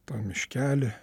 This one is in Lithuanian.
tą miškelį